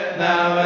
now